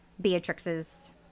Beatrix's